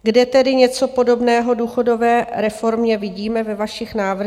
Kde tedy něco podobného důchodové reformě vidíme ve vašich návrzích?